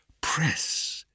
press